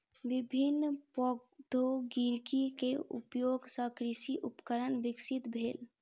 विभिन्न प्रौद्योगिकी के उपयोग सॅ कृषि उपकरण विकसित भेल